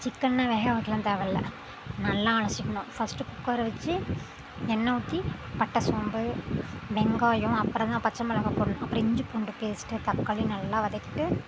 சிக்கன்னா வேக வைக்கலாம் தேவயில்ல நல்லா அலசிக்கணும் ஃபஸ்ட் குக்கரை வச்சு எண்ணெய் ஊற்றி பட்டை சோம்பு வெங்காயம் அப்புறந்தான் பச்சை மிளகா போடணும் அப்புறம் இஞ்சி பூண்டு பேஸ்ட் தக்காளி நல்லா வதக்கிட்டு